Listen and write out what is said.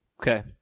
Okay